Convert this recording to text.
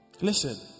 listen